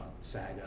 saga